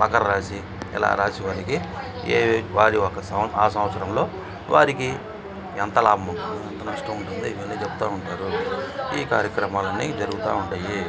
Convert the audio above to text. మకర్రాశి ఇలా రాశి వారికి ఏ వారి ఒక ఆ సంవత్సరంలో వారికి ఎంత లాభముంటుంది ఎంత నష్టముంటుంది ఇవన్నీ చెప్తూ ఉంటారు ఈ కార్యక్రమాలన్నీ జరుగుతూ ఉంటాయి